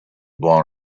blown